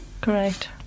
correct